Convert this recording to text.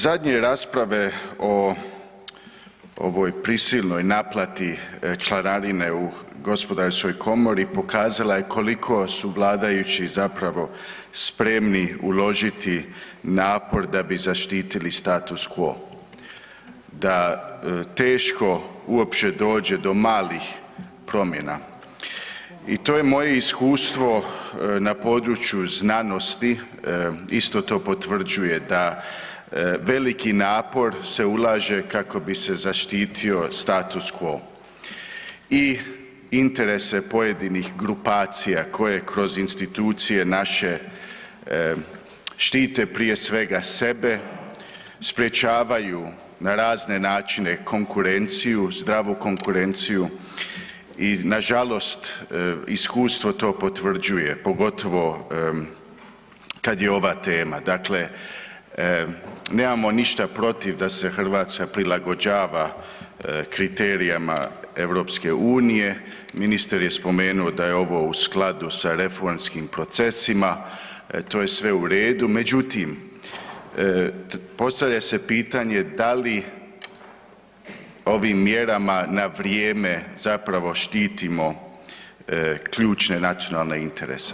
Zadnje rasprave o ovoj prisilnoj naplati članarine u gospodarskoj komori pokazala je koliko su vladajući zapravo spremni uložiti napor da bi zaštitili status quo, da teško uopće dođe do malih promjena i to je moje iskustvo na području znanosti, isto to potvrđuje da veliki napor se ulaže kako bi se zaštitio status quo i interese pojedinih grupacija koje kroz institucije naše štite prije svega sebe, sprječavaju na razne načine konkurenciju, zdravu konkurenciju i nažalost iskustvo to potvrđuje pogotovo kad je ova tema, dakle nemamo ništa protiv da se Hrvatska prilagođava kriterijima EU, ministar je spomenuo da je ovo u skladu sa reformskim procesima, to je sve u redu, međutim, postavlja se pitanje da li ovim mjerama na vrijeme zapravo štitimo ključne nacionalne interese.